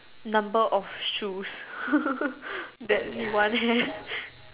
number of shoes that you want hair